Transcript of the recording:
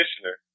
commissioner